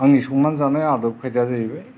आंनि संनानै जानाय आदब खायदाया जाहैबाय